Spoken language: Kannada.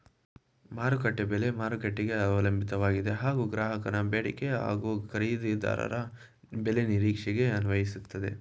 ಮಾರುಕಟ್ಟೆ ಬೆಲೆ ಮಾರುಕಟ್ಟೆಗೆ ಅವಲಂಬಿತವಾಗಿದೆ ಹಾಗೂ ಗ್ರಾಹಕನ ಬೇಡಿಕೆ ಹಾಗೂ ಖರೀದಿದಾರರ ಬೆಲೆ ನಿರೀಕ್ಷೆಗೆ ಅನ್ವಯಿಸ್ತದೆ